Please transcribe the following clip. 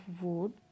wood